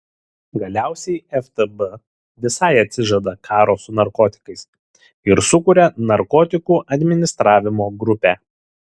galiausiai ftb visai atsižada karo su narkotikais ir sukuria narkotikų administravimo grupę